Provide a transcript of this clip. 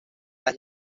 las